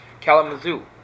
Kalamazoo